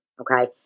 okay